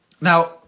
Now